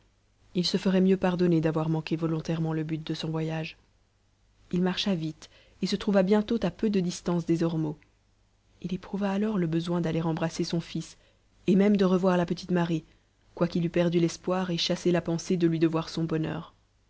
il se ferait mieux pardonner d'avoir manqué volontairement le but de son voyage il marcha vite et se trouva bientôt à peu de distance des ormeaux il éprouva alors le besoin d'aller embrasser son fils et même de revoir la petite marie quoiqu'il eût perdu l'espoir et chassé la pensée de lui devoir son bonheur